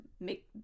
make